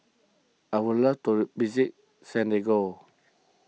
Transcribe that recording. I would like to visit Santiago